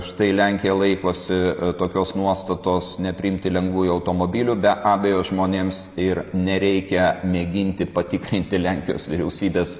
štai lenkija laikosi tokios nuostatos nepriimti lengvųjų automobilių be abejo žmonėms ir nereikia mėginti patikrinti lenkijos vyriausybės